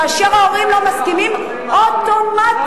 כאשר ההורים לא מסכימים, אוטומטית,